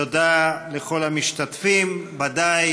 תודה לכל המשתתפים, ודאי